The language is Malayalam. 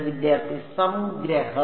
വിദ്യാർത്ഥി സംഗ്രഹം